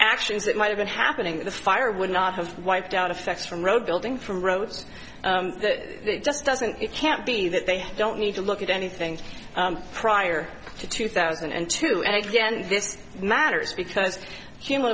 actions that might have been happening the fire would not have wiped out affects from road building from roads that just doesn't it can't be that they don't need to look at anything prior to two thousand and two and again this matters because human